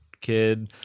kid